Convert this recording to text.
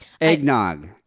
eggnog